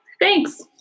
thanks